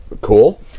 Cool